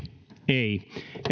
ei